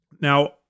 Now